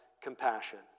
compassion